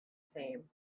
same